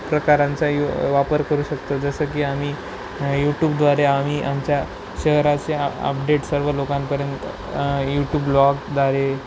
प्रकारांचा य वापर करू शकतो जसं की आम्ही यूटूबद्वारे आम्ही आमच्या शहराचे आ अपडेट सर्व लोकांपर्यंत यूटूब ब्लॉगद्वारे